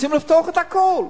רוצים לפתוח את הכול,